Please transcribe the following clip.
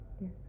Yes